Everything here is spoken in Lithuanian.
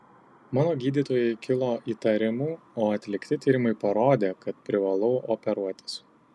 mano gydytojai kilo įtarimų o atlikti tyrimai parodė kad privalau operuotis